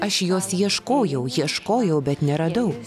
aš jos ieškojau ieškojau bet neradau